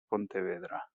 pontevedra